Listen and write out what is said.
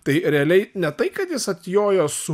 tai realiai ne tai kad jis atjojo su